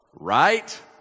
Right